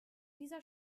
dieser